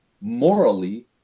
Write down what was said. morally